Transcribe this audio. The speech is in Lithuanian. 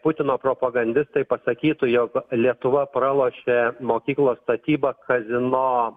putino propagandistai pasakytų jog lietuva pralošė mokyklos statybą kazino